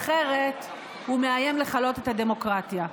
אחרת הוא מאיים לכלות את הדמוקרטיה.